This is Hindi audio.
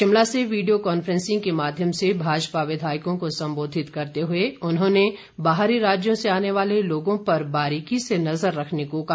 शिमला से वीडियो कांफ्रेंसिंग के माध्यम से भाजपा विधायकों को सम्बोधित करते हुए उन्होंने बाहरी राज्यों से आने वाले लोगों पर बारीकी से नजर रखने को कहा